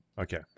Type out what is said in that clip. Okay